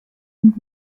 mit